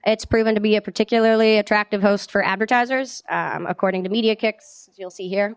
it's proven to be a particularly attractive host for advertisers according to media kicks you'll see here